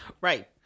Right